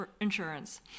insurance